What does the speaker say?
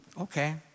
okay